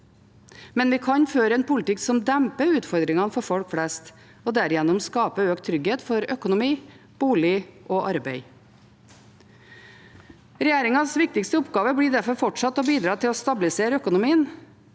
men vi kan føre en politikk som demper utfordringene for folk flest og derigjennom skaper økt trygghet for økonomi, bolig og arbeid. Regjeringens viktigste oppgave blir derfor fortsatt å bidra til å stabilisere økonomien,